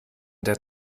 der